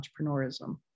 entrepreneurism